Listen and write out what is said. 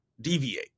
deviate